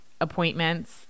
appointments